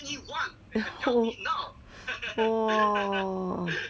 !whoa!